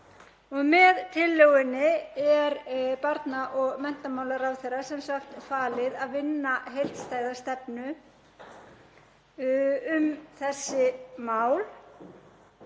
Með tillögunni er barna- og menntamálaráðherra sem sagt falið að vinna heildstæða stefnu um þessi mál